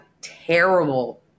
terrible